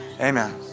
amen